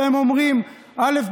והם אומרים א',